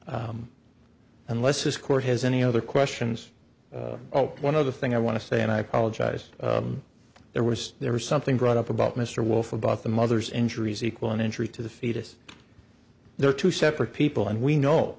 about unless this court has any other questions oh one other thing i want to say and i apologize there was there was something brought up about mr wolf about the mother's injuries equal an injury to the fetus there are two separate people and we know